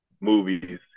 movies